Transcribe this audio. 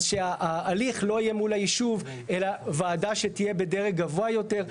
אז שההליך לא יהיה מול הישוב אלא ועדה שתהיה בדרג גבוה יותר,